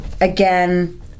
Again